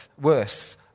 worse